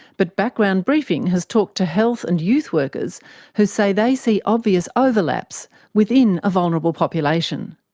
but background briefing has talked to health and youth workers who say they see obvious overlaps within a vulnerable population.